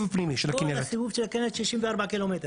הסיבוב של הכינרת 64 ק"מ.